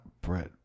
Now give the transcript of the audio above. Brett